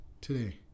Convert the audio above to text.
today